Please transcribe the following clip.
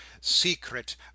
secret